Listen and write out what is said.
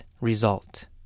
result